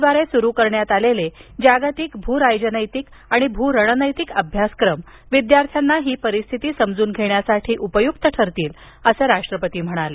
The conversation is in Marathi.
द्वारे सुरु करण्यात आलेले जागतिक भू राजनैतिक आणि भू रणनैतिक अभ्यासक्रम विद्यार्थ्यांना हि परिस्थिती समजून घेण्यासाठी उपयुक्त ठरतील असं राष्ट्रपती म्हणाले